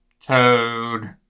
Toad